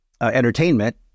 entertainment